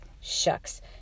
Shucks